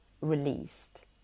released